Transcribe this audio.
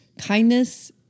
Kindness